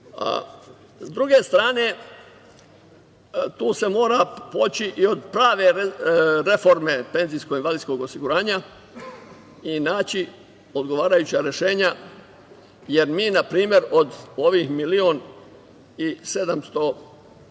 druge strane, tu se mora poći i od prave reforme penzijsko-invalidskog osiguranja i naći odgovarajuća rešenja, jer mi npr. od ovih milion i 770